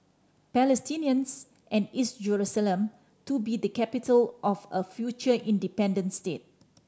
Palestinians and East Jerusalem to be the capital of a future independent state